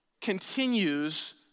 continues